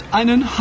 einen